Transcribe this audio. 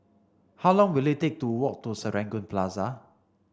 how long will it take to walk to Serangoon Plaza